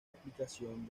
aplicación